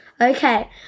Okay